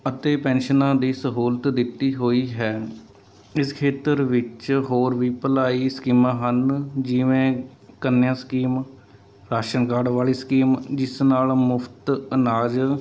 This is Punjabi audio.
ਅਤੇ ਪੈਨਸ਼ਨਾਂ ਦੀ ਸਹੂਲਤ ਦਿੱਤੀ ਹੋਈ ਹੈ ਇਸ ਖੇਤਰ ਵਿੱਚ ਹੋਰ ਵੀ ਭਲਾਈ ਸਕੀਮਾਂ ਹਨ ਜਿਵੇਂ ਕੰਨਿਆ ਸਕੀਮ ਰਾਸ਼ਨ ਕਾਰਡ ਵਾਲੀ ਸਕੀਮ ਜਿਸ ਨਾਲ ਮੁਫਤ ਅਨਾਜ